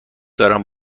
دارم